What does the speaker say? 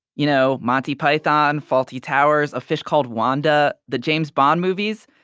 you know monty python, faulty towers, a fish called wanda, the james bond movies.